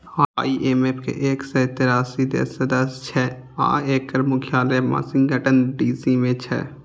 IMF के एक सय तेरासी देश सदस्य छै आ एकर मुख्यालय वाशिंगटन डी.सी मे छै